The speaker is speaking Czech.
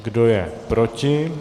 Kdo je proti?